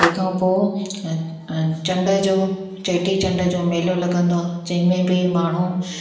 तंहिंखां पोइ चंड जो चेटी चंड जो मेलो लॻंदो आहे जंहिंमें बि माण्हू